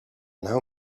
know